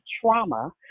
trauma